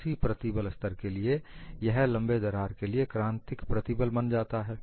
उसी प्रतिबल स्तर के लिए यह लंबे दरार के लिए क्रांतिक प्रतिबल बन जाता है